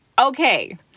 Okay